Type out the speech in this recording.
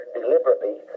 deliberately